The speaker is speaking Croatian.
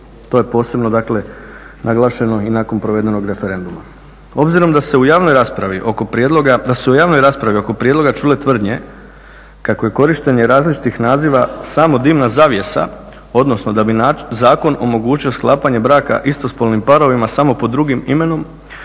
To je posebno naglašeno i nakon provedenog referenduma. Obzirom da su se u javnoj raspravi oko prijedloga čule tvrdnje kako je korištenje različitih naziva samo dimna zavjesa, odnosno da bi zakon omogućio sklapanje braka istospolnim parovima samo pod drugim imenom